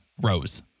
Rose